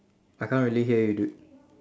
I can't really hear you dude